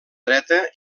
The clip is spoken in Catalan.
dreta